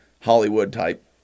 Hollywood-type